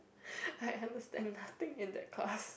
I understand nothing in that class